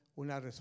una